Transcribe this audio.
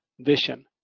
vision